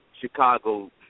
Chicago